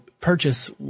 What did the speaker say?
purchase